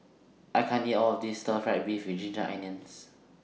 I can't eat All of This Stir Fry Beef with Ginger Onions